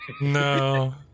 No